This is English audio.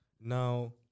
Now